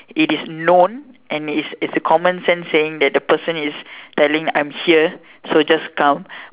it is known and it is it is common sense saying that the person is telling I'm here so just come